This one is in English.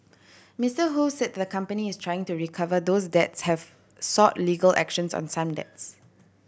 Mister Ho said the company is trying to recover those debts have sought legal actions on some debts